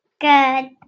Good